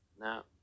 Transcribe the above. Now